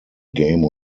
game